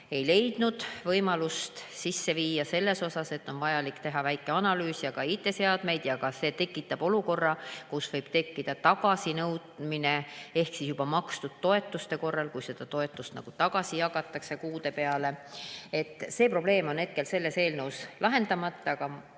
seda muudatust sisse viia. On vaja teha väike analüüs ja on vaja ka IT-seadmeid, aga see tekitab olukorra, kus võib tekkida tagasinõudmine ehk juba makstud toetuste korral, kui seda toetust tagasi jagatakse kuude peale. See probleem on hetkel selles eelnõus lahendamata, aga